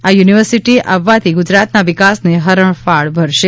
આ યૂનિવર્સિટી આવવાથી ગુજરાતના વિકાસને હરણફાળ ભરશે